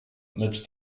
lecz